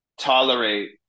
tolerate